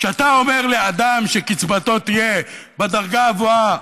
כשאתה אומר לאדם שקצבתו תהיה בדרגה הגבוהה,